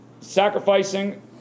sacrificing